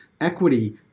equity